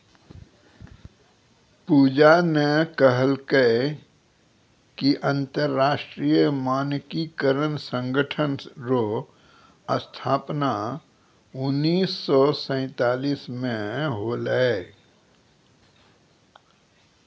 पूजा न कहलकै कि अन्तर्राष्ट्रीय मानकीकरण संगठन रो स्थापना उन्नीस सौ सैंतालीस म होलै